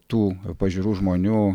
tų pažiūrų žmonių